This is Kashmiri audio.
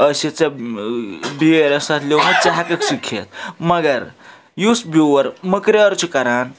آسٮ۪تھ ژےٚ بیٲر آسہِ اَتھ لیومُت ژےٚ ہٮ۪کَکھ سُہ کھٮ۪تھ مگر یُس بیور مٔکرار چھُ کَران